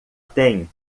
tem